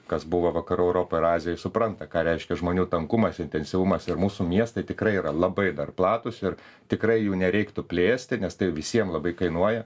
kas buvo vakarų europoj ar azijoj supranta ką reiškia žmonių tankumas intensyvumas ir mūsų miestai tikrai yra labai dar platūs ir tikrai jų nereiktų plėsti nes tai visiem labai kainuoja